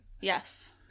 Yes